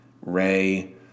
ray